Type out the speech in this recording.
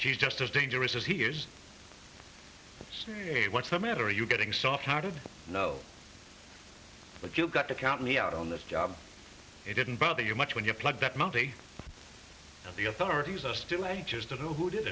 she's just as dangerous as he is what's the matter you getting soft hearted no but you got to count me out on this job it didn't bother you much when you plug that multi the authorities are still